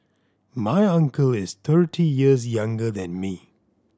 my uncle is thirty years younger than me